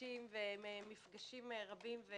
האנשים במפגשים רבים.